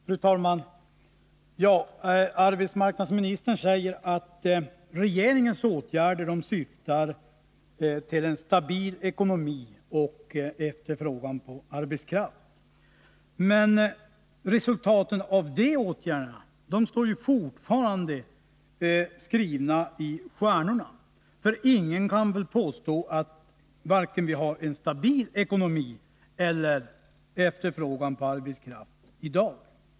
Fru talman! Arbetsmarknadsministern säger att regeringens åtgärder syftar till en stabil ekonomi och efterfrågan på arbetskraft. Men resultaten av de åtgärderna står fortfarande skrivna i stjärnorna. För ingen kan väl påstå varken att vi har en stabil ekonomi eller att vi har efterfrågan på arbetskraft i dag.